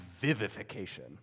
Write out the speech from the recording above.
vivification